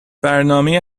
برنامهی